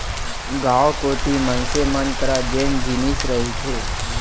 गाँव कोती मनसे मन करा जेन जिनिस रहिथे